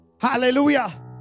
hallelujah